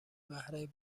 بهره